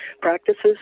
practices